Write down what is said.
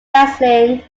wrestling